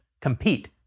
compete